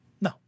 No